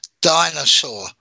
dinosaur